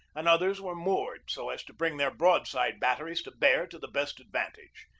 and others were moored so as to bring their broadside batteries to bear to the best advantage.